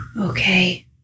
Okay